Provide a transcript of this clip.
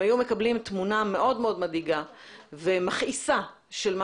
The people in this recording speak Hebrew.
הם היו מקבלים תמונה מאוד מאוד מדאיגה ומכעיסה לגבי